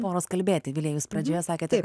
poros kalbėti vilija jūs pradžioje sakėte kad